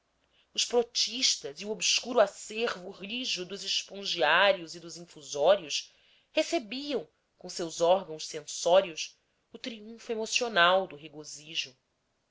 os protistas e o obscuro acervo rijo dos espongiários e dos infusórios recebiam com os seus órgãos sensóricos o triunfo emocional do regozijo